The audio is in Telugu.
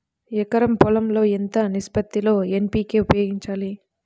ఎకరం పొలం లో ఎంత నిష్పత్తి లో ఎన్.పీ.కే ఉపయోగించాలి?